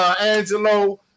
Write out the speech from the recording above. Angelo